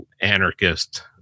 anarchist